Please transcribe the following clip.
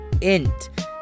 Int